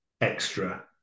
extra